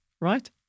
right